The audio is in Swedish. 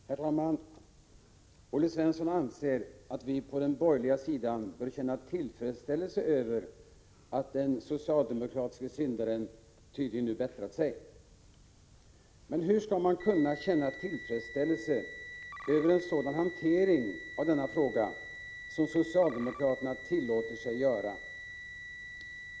Herr talman! Olle Svensson anser att vi på den borgerliga sidan bör känna tillfredsställelse över att den socialdemokratiske syndaren tydligen nu bättrat sig. Men hur skall man kunna känna tillfredsställelse över en sådan hantering av denna fråga som socialdemokraterna tillåter sig?